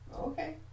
Okay